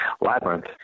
*Labyrinth*